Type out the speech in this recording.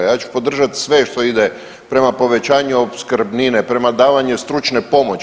Ja ću podržat sve što ide prema povećanju opskrbnine, prema davanju stručne pomoći.